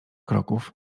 kroków